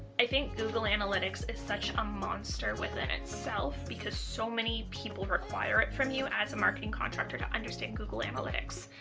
i google analytics is such a monster within itself because so many people require it from you as a marketing contractor to understand google analytics.